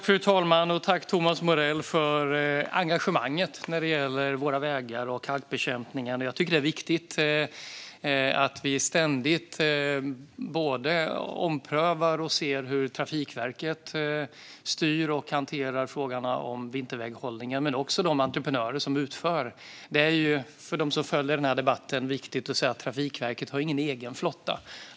Fru talman! Tack, Thomas Morell, för engagemanget när det gäller våra vägar och halkbekämpningen! Jag tycker att det är viktigt att vi ständigt dels omprövar och ser hur Trafikverket styr och hanterar frågorna om vinterväghållningen, dels tittar på de entreprenörer som utför den. Det är ju viktigt att säga, för dem som följer den här debatten, att Trafikverket inte har någon egen flotta.